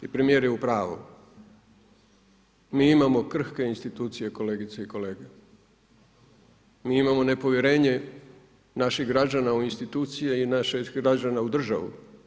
I premijer je u pravu, mi imamo krhke institucije kolegice i kolege, mi imamo nepovjerenje naših građana u institucije i naših građana u državu.